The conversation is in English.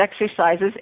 exercises